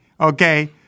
okay